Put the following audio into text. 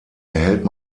erhält